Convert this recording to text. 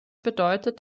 bedeutet